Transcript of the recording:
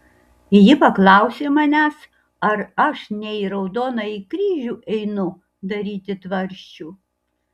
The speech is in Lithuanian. ji paklausė manęs ar aš ne į raudonąjį kryžių einu daryti tvarsčių